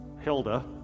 Hilda